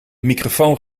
microfoon